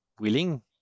willing